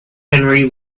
henry